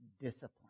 discipline